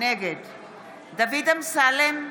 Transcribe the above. נגד דוד אמסלם,